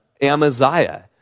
Amaziah